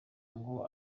ngo